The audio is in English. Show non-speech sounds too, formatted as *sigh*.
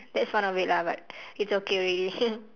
that's one of it lah but it's okay already *laughs*